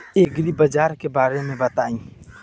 एग्रीबाजार के बारे में बताई?